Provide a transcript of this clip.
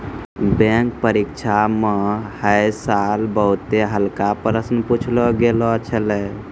bank परीक्षा म है साल बहुते हल्का प्रश्न पुछलो गेल छलै